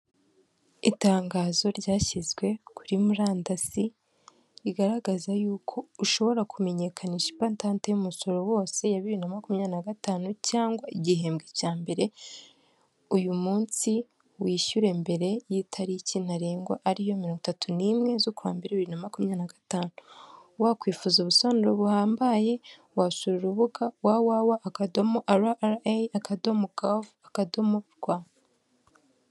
Itangazo ryashyizwe kuri murandasi rigaragaza y'uko ushobora kumenyekanisha ipatante y'umusoro wose ya bibiri na makumyabiri na gatanu cyangwa igihembwe cya mbere ,uyu munsi wishyure mbere y'itariki ntarengwa ariyo mirongo itatu n'imwe zo kuwa mbere bibiri na makumyabiri na gatanu ,wakwifuza ubusobanuro buhambaye wasura urubuga www .rra.gov. rw.